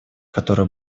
которые